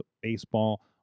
baseball